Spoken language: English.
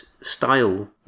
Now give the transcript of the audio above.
style